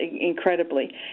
incredibly